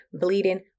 Bleeding